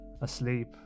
asleep